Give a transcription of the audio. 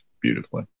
beautifully